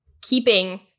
keeping